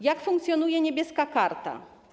Jak funkcjonuje „Niebieska karta”